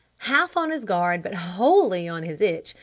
half on his guard, but wholely on his itch,